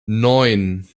neun